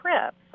trips